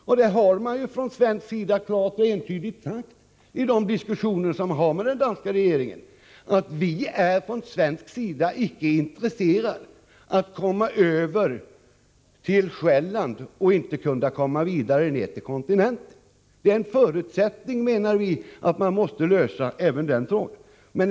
Från svensk sida har man ju klart och entydigt sagt i de diskussioner som förs med den danska regeringen, att vi icke är intresserade av att komma över till Själland utan att kunna komma vidare till kontinenten. Vi menar att det är en förutsättning att även den frågan löses.